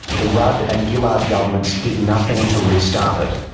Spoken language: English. the rudd and gillard governments did nothing to restart it.